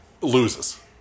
loses